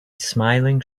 smiling